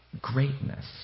Greatness